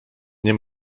nie